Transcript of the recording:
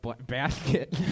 Basket